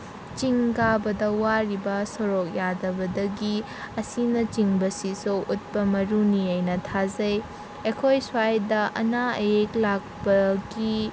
ꯆꯤꯡ ꯀꯥꯕꯗ ꯋꯥꯔꯤꯕ ꯁꯣꯔꯣꯛ ꯌꯥꯗꯕꯗꯒꯤ ꯑꯁꯤꯅ ꯆꯤꯡꯕꯁꯤꯁꯨ ꯎꯠꯄ ꯃꯔꯨꯅꯤ ꯍꯥꯏꯅ ꯊꯥꯖꯩ ꯑꯩꯈꯣꯏ ꯁ꯭ꯋꯥꯏꯗ ꯑꯅꯥ ꯑꯌꯦꯛ ꯂꯥꯛꯄꯒꯤ